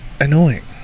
annoying